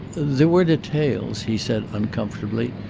there were details, he said uncomfortably.